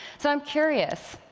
so i'm curious,